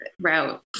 route